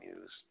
news